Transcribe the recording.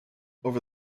over